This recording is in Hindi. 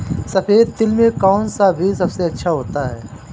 सफेद तिल में कौन सा बीज सबसे अच्छा होता है?